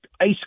ice